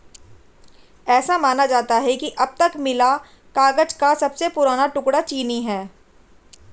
ऐसा माना जाता है कि अब तक मिला कागज का सबसे पुराना टुकड़ा चीनी है